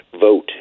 vote